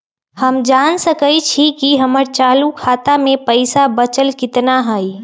हम जान सकई छी कि हमर चालू खाता में पइसा बचल कितना हई